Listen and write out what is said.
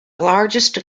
largest